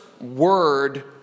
word